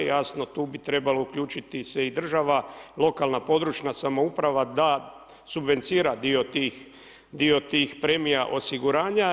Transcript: Jasno tu bi trebalo uključiti se i država, lokalna, područna samouprava, da subvencionira dio tih premija osiguranja.